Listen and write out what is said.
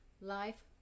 life